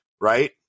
right